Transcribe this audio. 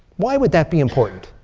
why would that be important?